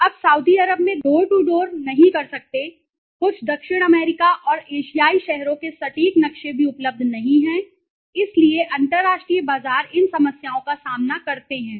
आप Saudi Arab में door to door नहीं कर सकते कुछ दक्षिण अमेरिका और एशियाई शहरों के सटीक नक्शे भी उपलब्ध नहीं हैं इसलिए अंतरराष्ट्रीय बाजार इन समस्याओं का सामना करते हैं